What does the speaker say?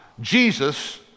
Jesus